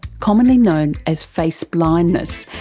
commonly known as face blindness,